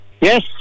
yes